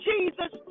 Jesus